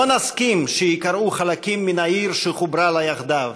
לא נסכים שייקרעו חלקים מהעיר שחוברה לה יחדיו,